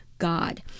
God